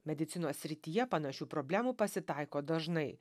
medicinos srityje panašių problemų pasitaiko dažnai